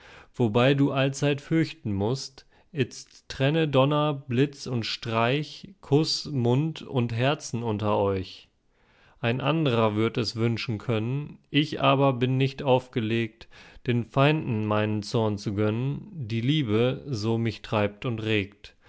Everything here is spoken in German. wobei du allzeit fürchten mußt itzt trenne donner blitz und streich kuß mund und herzen unter euch ein andrer würd es wünschen können ich aber bin nicht aufgelegt den feinden meinen zorn zu gönnen die liebe so mich treibt und regt